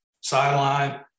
sideline